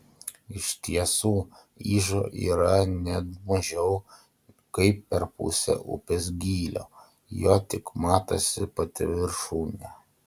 iš tiesų ižo yra ne mažiau kaip per pusę upės gylio jo tik matosi pati viršūnė